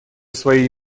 своей